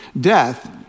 Death